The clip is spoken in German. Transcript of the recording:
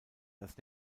das